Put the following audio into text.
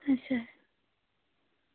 अच्छा